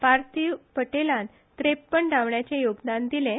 पार्थिव पटेलान त्रेप्पन धांवड्यांचे योगदान दिलें